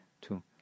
two